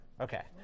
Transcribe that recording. Okay